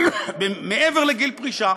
מעבר לגיל פרישה.